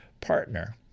partner